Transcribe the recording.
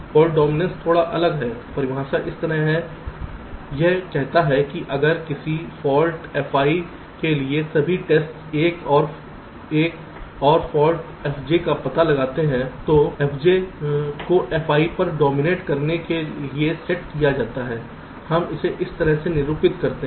fault dominance थोड़ा अलग है परिभाषा इस तरह से है यह कहता है कि अगर किसी फॉल्ट fi के लिए सभी टेस्ट एक और फॉल्ट fj का पता लगाते हैं तो fj को fiपर डोमिनेट करने के लिए सेट किया जाता है हम इसे इस तरह निरूपित करते हैं